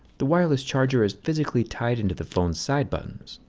the wireless charger is physically tied into the phone's side buttons,